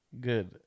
good